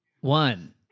one